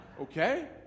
Okay